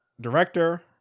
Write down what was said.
director